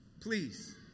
please